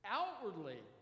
outwardly